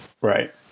right